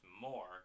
more